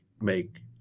make